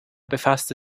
befasste